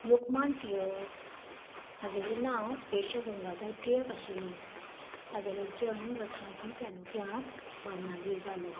लोकमान्य टिळक हागेले नांव केशव गंगाधर टिळक आशिल्ले तागेलो जल्म रत्नागिरी तालुक्यांत बामणागेर जालो